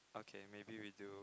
okay maybe we do